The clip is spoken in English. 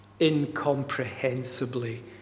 Incomprehensibly